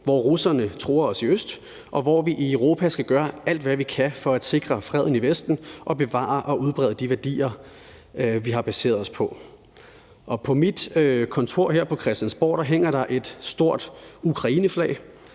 hvor russerne truer os i øst, og hvor vi i Europa skal gøre alt, hvad vi kan, for at sikre freden i Vesten og bevare og udbrede de værdier, vi har baseret os på. På mit kontor her på Christiansborg hænger der et stort ukrainsk flag.